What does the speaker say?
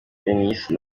eunice